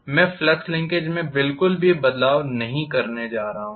मैं flux linkage में बिल्कुल भी बदलाव नहीं करने जा रहा हूं